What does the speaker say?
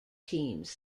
teams